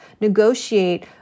Negotiate